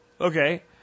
okay